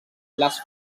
les